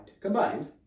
Combined